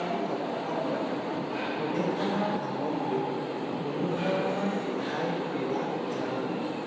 এই সপ্তাহত সুবেশনৰ সামগ্ৰীত কোনো ধৰণৰ ৰেহাই পোৱা যাবনে